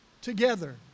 together